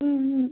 ம் ம்